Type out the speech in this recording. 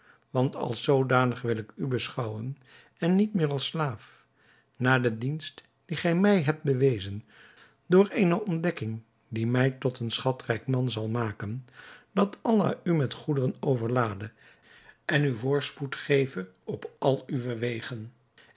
want als zoodanig wil ik u beschouwen en niet meer als slaaf na de dienst die gij mij hebt bewezen door eene ontdekking die mij tot een schatrijk man zal maken dat allah u met goederen overlade en u voorspoed geve op al uwe wegen